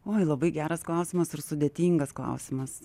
oi labai geras klausimas ir sudėtingas klausimas